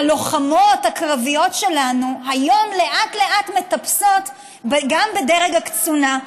הלוחמות הקרביות שלנו היום לאט-לאט מטפסות גם בדרג הקצונה,